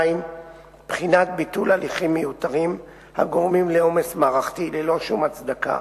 בחינת ביטול הליכים מיותרים הגורמים לעומס מערכתי ללא שום הצדקה.